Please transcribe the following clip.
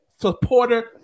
supporter